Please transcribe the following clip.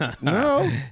no